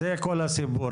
זה כל הסיפור,